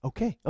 Okay